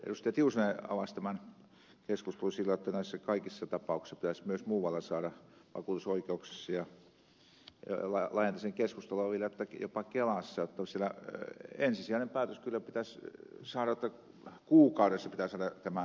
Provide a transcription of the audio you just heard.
tiusanen avasi tämän keskustelun että näissä kaikissa tapauksissa pitäisi kyllä myös muualta saada vakuutusoikeuksista ja laajentaisin keskustelua vielä jopa kelasta ensisijainen päätös kuukaudessa tämä eka päätös